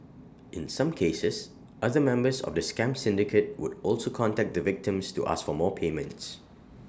in some cases other members of the scam syndicate would also contact the victims to ask for more payments